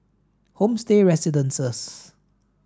Homestay Residences